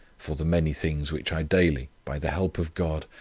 for the many things which i daily, by the help of god,